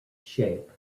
shape